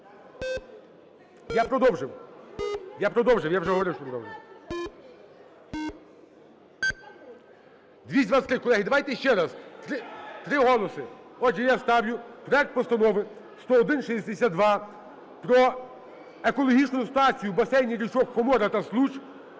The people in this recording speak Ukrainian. Я продовжив. Я продовжив, я вже говорив. 12:04:48 За-223 Колеги, давайте ще раз, три голоси. Отже, я ставлю проект Постанови 10162 про екологічну ситуацію у басейні річок Хомора та Случ